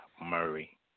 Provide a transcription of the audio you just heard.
Murray